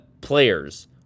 players